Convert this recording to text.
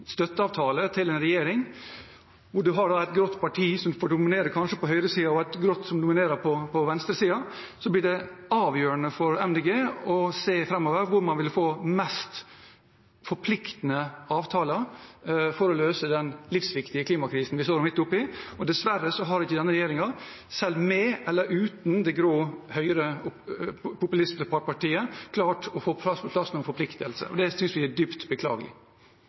støtteavtale med en regjering der man har et grått parti som kanskje får dominere på høyresiden, og et grått parti som dominerer på venstresiden, blir det avgjørende for Miljøpartiet De Grønne å se framover på hvor man vil få de mest forpliktende avtalene for å løse den livsviktige klimakrisen vi står midt oppe i. Dessverre har ikke denne regjeringen, med eller uten det grå høyrepopulistiske partiet, klart å få på plass noen forpliktelse. Det synes vi er dypt beklagelig.